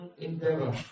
endeavor